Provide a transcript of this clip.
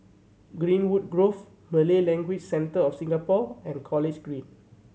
Greenwood Grove Malay Language Centre of Singapore and College Green